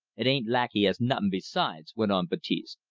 it ain't lak' he has nuttin' besides, went on baptiste.